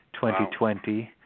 2020